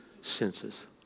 senses